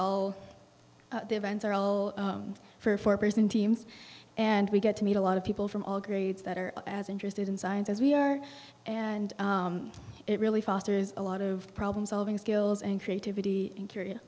all the events are all for prison teams and we get to meet a lot of people from all grades that are as interested in science as we are and it really fosters a lot of problem solving skills and creativity in korea